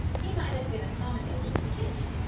he might have been accommodated in the kitchen,